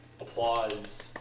applause